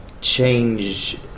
change